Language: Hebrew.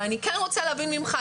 אבל אני כן רוצה להבין ממך.